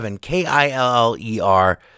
K-I-L-L-E-R